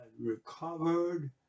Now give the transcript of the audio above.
recovered